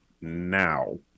now